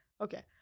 okay